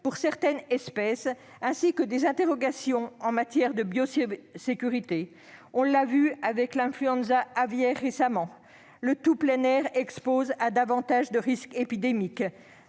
pour certaines espèces, ainsi que des interrogations en matière de biosécurité. On l'a vu récemment avec l'influenza aviaire : le tout plein air expose à davantage de risques épidémiques.